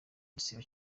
igisibo